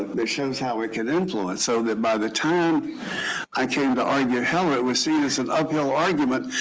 that shows how we can influence, so that by the time i came to argue hill, it was seen as and uphill argument